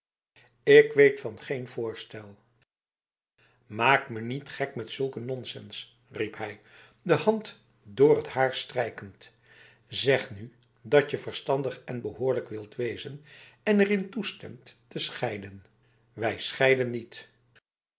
ik weet van geen voorstel maak me niet gek met zulk een nonsens riep hij de hand door het haar strijkend zeg nu datje verstandig en behoorlijk wilt wezen en erin toestemt te scheiden wij scheiden niet